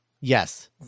Yes